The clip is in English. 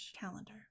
calendar